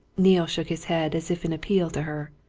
neale shook his head as if in appeal to her.